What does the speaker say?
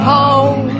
Home